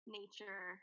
nature